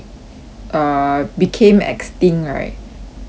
err became extinct right because of